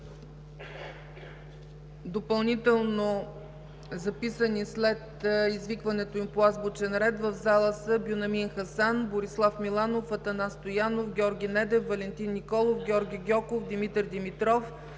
Допълнително записани след извикването им по азбучен ред в залата са: Бюнямин Хасан, Борислав Миланов, Атанас Стоянов, Георги Недев, Валентин Николов, Георги Гьоков, Димитър Димитров,